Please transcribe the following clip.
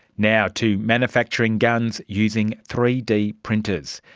now to manufacturing guns using three d printers.